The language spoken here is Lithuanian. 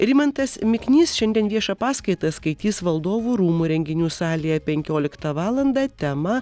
rimantas miknys šiandien viešą paskaitą skaitys valdovų rūmų renginių salėje penkioliktą valandą tema